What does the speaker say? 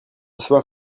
soir